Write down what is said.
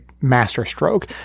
masterstroke